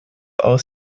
aus